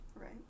right